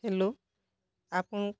hello ଆପଣ